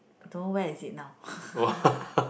but don't where is it now